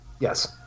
Yes